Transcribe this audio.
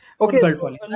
Okay